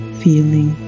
feeling